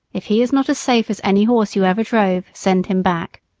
if he is not as safe as any horse you ever drove send him back.